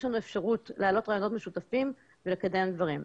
יש לנו אפשרות להעלות רעיונות משותפים ולקדם דברים.